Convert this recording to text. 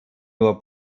nur